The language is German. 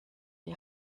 die